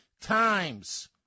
times